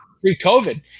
Pre-COVID